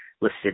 listed